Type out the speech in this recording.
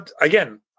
again